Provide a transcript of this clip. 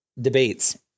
debates